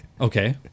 Okay